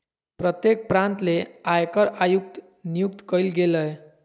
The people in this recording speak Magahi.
प्रत्येक प्रांत ले आयकर आयुक्त नियुक्त कइल गेलय